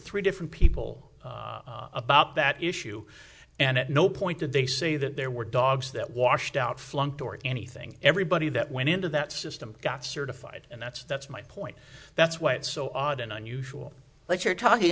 three different people about that issue and at no point did they say that there were dogs that washed out flunked or anything everybody that went into that system got certified and that's that's my point that's why it's so odd and unusual but you're talking